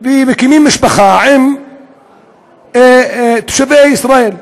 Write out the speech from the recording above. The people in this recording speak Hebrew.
ומקימים משפחה עם תושבי ישראל ערבים.